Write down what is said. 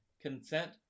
consent